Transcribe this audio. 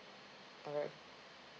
alright